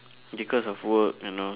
because of work you know